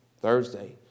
Thursday